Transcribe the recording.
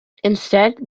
instead